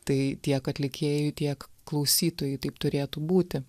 tai tiek atlikėjui tiek klausytojui taip turėtų būti